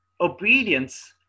obedience